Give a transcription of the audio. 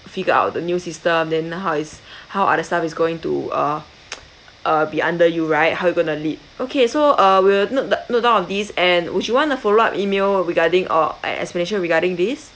figure out the new system then how is how other staff is going to uh uh be under you right how you gonna lead okay so uh we'll note note down all of these and would you want a follow up email regarding or an explanation regarding this